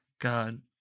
God